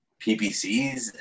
PPCs